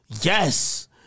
Yes